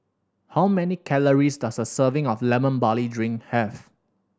how many calories does a serving of Lemon Barley Drink have